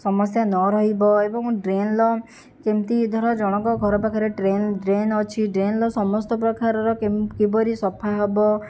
ସମସ୍ୟା ନ ରହିବ ଏବଂ ଡ୍ରେନର କେମିତି ଧର ଜଣଙ୍କ ଘର ପାଖରେ ଡ୍ରେନ ଡ୍ରେନ ଅଛି ଡ୍ରେନର ସମସ୍ତ ପ୍ରକାରର କେମ କିପରି ସଫା ହେବ